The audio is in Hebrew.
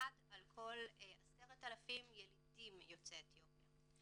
אחד על כל 10,000 ילידים יוצאי אתיופיה.